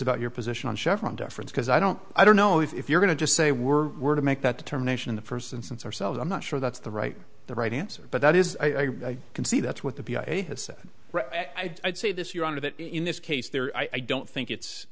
about your position on chevron deference because i don't i don't know if you're going to just say we're were to make that determination in the first instance ourselves i'm not sure that's the right the right answer but that is i can see that's what the he has said i'd say this your honor that in this case there i don't think it's